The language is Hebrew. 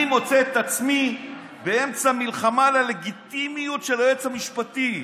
אני מוצא את עצמי באמצע מלחמה על הלגיטימיות של היועץ המשפטי.